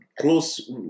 close